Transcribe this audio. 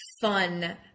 fun